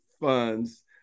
funds